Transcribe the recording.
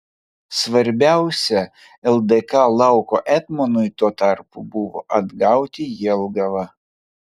svarbiausia ldk lauko etmonui tuo tarpu buvo atgauti jelgavą